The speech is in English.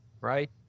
right